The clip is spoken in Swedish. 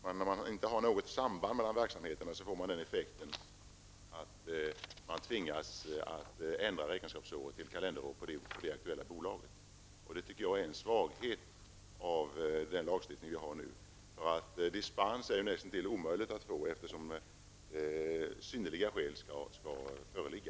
Även när det inte föreligger något samband mellan verksamheterna får man den effekten att räkenskapsåret måste ändras till kalenderår för det aktuella bolaget. Jag tycker att det är en svaghet i lagstiftningen. Det är näst intill omöjligt att få dispens, eftersom det härför fordras att synnerliga skäl skall föreligga.